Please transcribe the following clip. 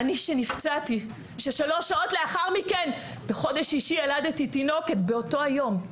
אני שנפצעתי ששלוש שעות לאחר מכן בחודש שישי ילדתי תינוקת באותו היום,